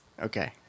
Okay